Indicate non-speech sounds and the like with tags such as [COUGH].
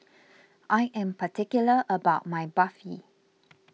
[NOISE] I am particular about my Barfi